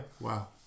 Wow